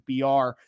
BR